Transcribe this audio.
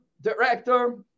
director